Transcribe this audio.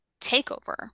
takeover